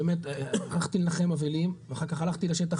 הלכתי לנחם אבלים ואחר כך הלכתי לשטח